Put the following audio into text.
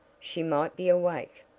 she might be awake!